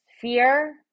fear